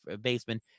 baseman